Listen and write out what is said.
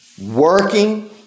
working